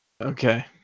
Okay